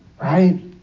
right